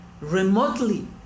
remotely